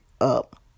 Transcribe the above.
up